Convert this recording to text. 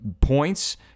points